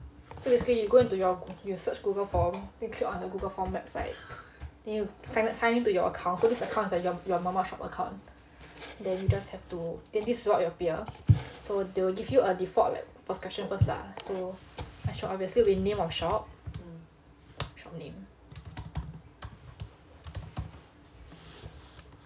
so basically you go into your you search google forms you click on the google form website then you sign sign in to your account so this account is like your mama shop account then you just have to then this is what will appear so they'll give you a default like first lah so obviously we name our shop shop name